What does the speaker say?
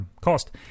cost